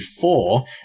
four